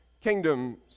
kingdoms